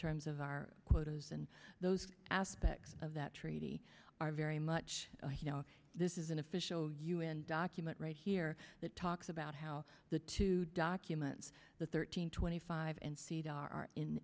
terms of our quotas and those aspects of that treaty are very much you know this is an official u n document right here that talks about how the two documents the thirteen twenty five and seed are in